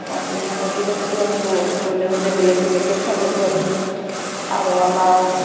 তাৰপিছত এনেকৈ কিবাকিবি আমি বহুত বনেই বনেই বেলেগ বেলেগকৈ খাই থাকোঁ আমি আৰু আমাৰ